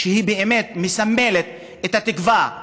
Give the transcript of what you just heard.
שבאמת מסמלת את התקווה.